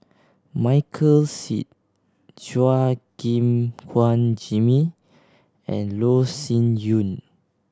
Michael Seet Chua Gim Guan Jimmy and Loh Sin Yun